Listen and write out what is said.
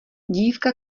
dívka